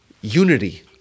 unity